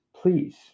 please